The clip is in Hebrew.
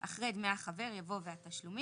אחרי "דמי החבר" יבוא "והתשלומים"